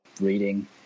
reading